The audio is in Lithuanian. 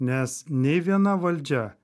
nes nei viena valdžia